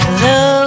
Hello